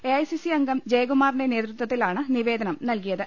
AICC അംഗം ജയകുമാറിന്റെ നേതൃത്വത്തിലാണ് നിവേദനം നൽകിയത്